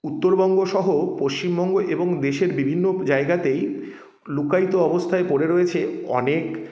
উত্তরবঙ্গসহ পশ্চিমবঙ্গ এবং দেশের বিভিন্ন জায়গাতেই লুকায়িত অবস্তায় পড়ে রয়েছে অনেক